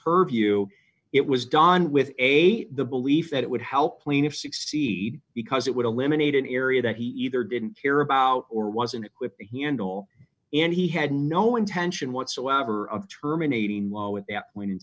purview it was gone with a the belief that it would help plaintiffs succeed because it would eliminate an area that he either didn't care about or wasn't equipped to handle and he had no intention whatsoever of terminating low at that point in